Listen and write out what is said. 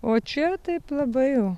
o čia taip labai